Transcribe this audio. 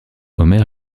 homer